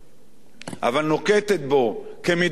אבל נוקטת אותו כמידת הצורך.